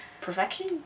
Perfection